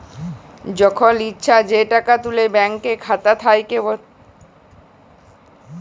যখল ইছা যে টাকা তুলে ব্যাংকের খাতা থ্যাইকে